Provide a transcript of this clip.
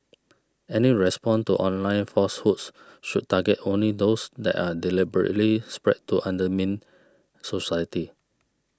any response to online falsehoods should target only those that are deliberately spread to undermine society